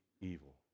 evil